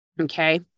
Okay